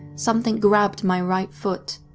something grabbed my right foot.